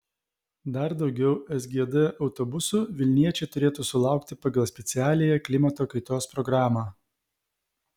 dar daugiau sgd autobusų vilniečiai turėtų sulaukti pagal specialiąją klimato kaitos programą